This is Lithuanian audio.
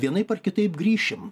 vienaip ar kitaip grįšim